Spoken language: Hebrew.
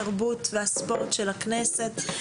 התרבות והספורט של הכנסת.